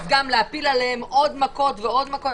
אז גם להפיל עליהם עוד מכות ועוד מכות?